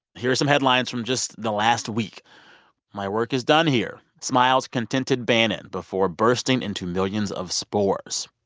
here are some headlines from just the last week my work is done here, smiles contented bannon before bursting into millions of spores.